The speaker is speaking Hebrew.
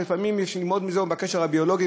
ולפעמים יש ללמוד מזה על הקשר הביולוגי,